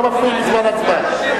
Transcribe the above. לא מפריעים בזמן הצבעה.